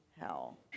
hell